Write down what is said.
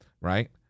right